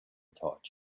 taught